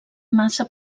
massa